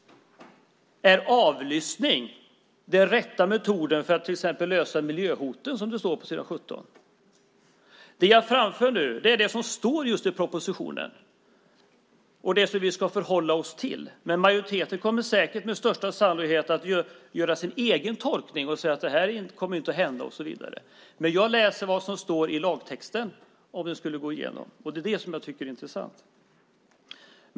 Är avlyssning den rätta metoden för att till exempel lösa miljöhoten, som det står på s. 17? Det jag framför nu är det som står just i propositionen och det som vi ska förhålla oss till. Men majoriteten kommer säkert med största sannolikhet att göra sin egen tolkning och säga att det här inte kommer att hända och så vidare. Men jag läser vad som står i lagtexten, om det skulle gå igenom, och det är det som jag tycker är intressant.